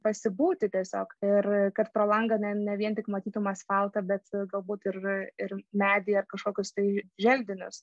pasibūti tiesiog ir kad pro langą ne ne vien tik matytume asfaltą bet ir galbūt ir ir medį ar kažkokius tai želdinius